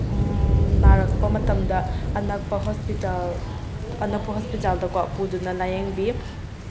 ꯅꯥꯔꯛꯄ ꯃꯇꯝꯗ ꯑꯅꯛꯄ ꯍꯣꯁꯄꯤꯇꯥꯜ ꯑꯅꯛꯄ ꯍꯣꯁꯄꯤꯇꯥꯜꯗꯀꯣ ꯄꯨꯗꯨꯅ ꯂꯥꯏꯌꯦꯡꯕꯤ